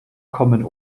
kommen